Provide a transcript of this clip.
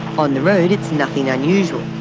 on the road it's nothing unusual,